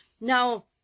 now